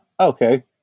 Okay